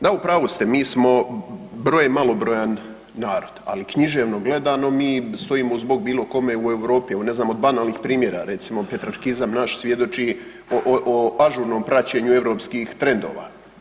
Da u pravu ste, mi smo brojem malobrojan narod, ali književno gledano mi stojimo uz bok bilo kome u Europi, evo ne znam od banalnih primjera recimo petrarkizam naš svjedoči o ažurnom praćenju europskih trendova.